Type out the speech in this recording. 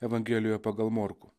evangelijoje pagal morkų